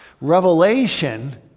Revelation